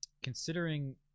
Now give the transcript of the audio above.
Considering